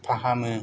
फाहामो